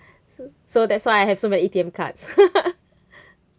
so that's why I have so many A_T_M cards